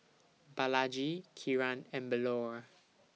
Balaji Kiran and Bellur